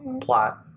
Plot